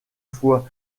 fois